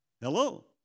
hello